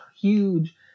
huge